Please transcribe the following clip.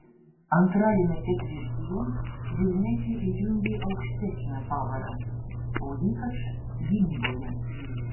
antrajame ketvirtyje vilniečiai įjungė aukštesnę pavarą o ypač gynyboje